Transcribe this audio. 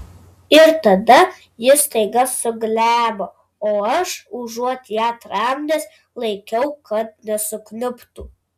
ir tada ji staiga suglebo o aš užuot ją tramdęs laikiau kad nesukniubtų